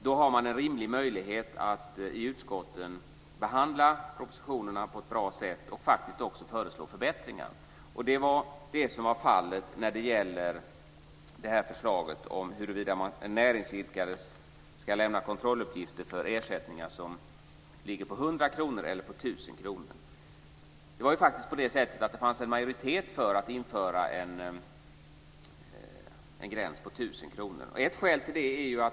Då har man en rimlig möjlighet att i utskotten behandla propositionerna på ett bra sätt och faktiskt också föreslå förbättringar. Det var fallet när det gäller förslaget huruvida näringsidkare ska lämna kontrolluppgifter för ersättningar som ligger på 100 kr eller på 1 000 kr. Det fanns faktiskt en majoritet för att införa en gräns på 1 000 kr.